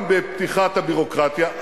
גם בפתיחת הביורוקרטיה,